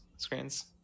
screens